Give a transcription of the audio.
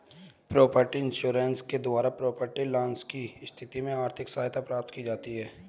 property insurance के द्वारा property loss की स्थिति में आर्थिक सहायता प्राप्त की जाती है